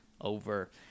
Over